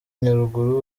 nyaruguru